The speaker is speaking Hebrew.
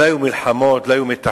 לא היו מלחמות, לא היו מתחים.